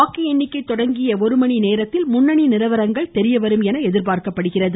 வாக்கு எண்ணிக்கை தொடங்கிய ஒருமணி நேரத்தில் முன்னனி நிலவரங்கள் தெரிய வரும் என எதிர்பார்க்கப்படுகிறது